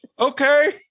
Okay